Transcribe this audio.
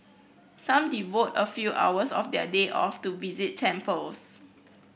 some devote a few hours of their day off to visit temples